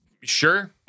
sure